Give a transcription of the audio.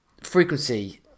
frequency